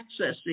accessing